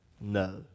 no